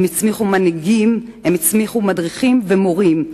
הן הצמיחו מנהיגים, הן הצמיחו מדריכים ומורים.